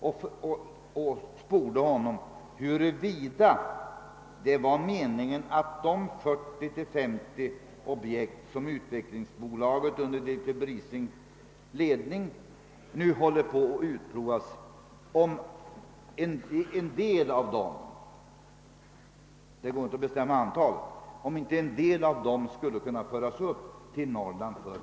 Jag sporde honom huruvida det var meningen att en del — det går inte att bestämma antalet — av de 40— 50 objekt som Utvecklingsbolaget under direktör Brisings ledning nu håller på att utprova skulle kunna produceras i Norrland.